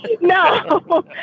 No